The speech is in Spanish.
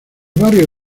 barrio